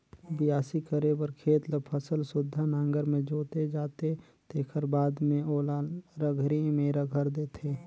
बियासी करे बर खेत ल फसल सुद्धा नांगर में जोते जाथे तेखर बाद में ओला रघरी में रघर देथे